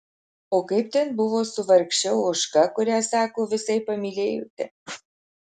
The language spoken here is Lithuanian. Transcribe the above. o kaip ten buvo su vargše ožka kurią sako visaip pamylėjote